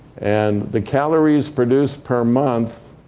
and the calories produced per month